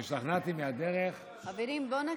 אני השתכנעתי מהדרך, חברים, בואו נקשיב,